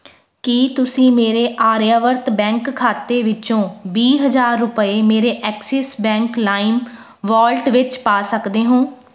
ਕੀ ਤੁਸੀਂ ਮੇਰੇ ਆਰਿਆਵਰਤ ਬੈਂਕ ਖਾਤੇ ਵਿੱਚੋਂ ਵੀਹ ਹਜ਼ਾਰ ਰੁਪਏ ਮੇਰੇ ਐਕਸਿਸ ਬੈਂਕ ਲਾਈਮ ਵਾਲਟ ਵਿੱਚ ਪਾ ਸਕਦੇ ਹੋ